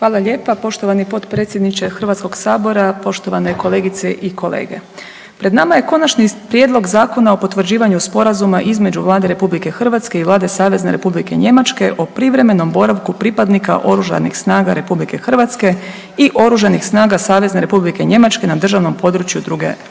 Hvala lijepo, poštovani potpredsjedniče Hrvatskog sabora, poštovane kolegice i kolege. Pred nama je Konačni prijedlog zakona o potvrđivanju Sporazuma između Vlade Republike Hrvatske i Vlade Savezne Republike Njemačke o privremenom boravku pripadnika Oružanih snaga Republike Hrvatske i Oružanih snaga Savezne Republike Njemačke na državnom području druge države.